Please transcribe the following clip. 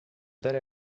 dare